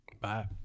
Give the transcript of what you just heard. Bye